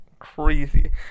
Crazy